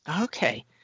Okay